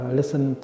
listen